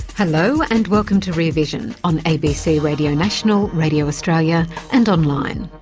hello and welcome to rear vision on abc radio national, radio australia and online.